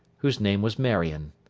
whose name was marion.